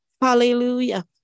Hallelujah